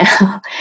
now